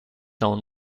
own